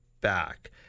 back